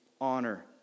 honor